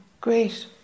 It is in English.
Great